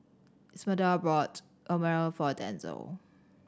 Esmeralda bought Naengmyeon for Denzel